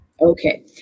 Okay